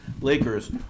Lakers